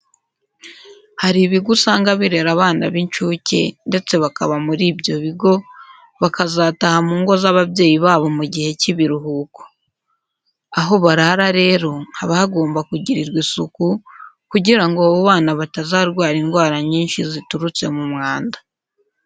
Hari ibigo usanga birera abana b'incuke ndetse bakaba muri ibyo bigo, bakazataha mu ngo z'ababyeyi babo mu gihe cy'ibiruhuko. Aho barara rero haba hagomba kugirirwa isuku kugira ngo abo bana batarwara indwara nyinshi ziturutse ku mwanda.